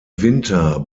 winter